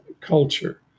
culture